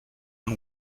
and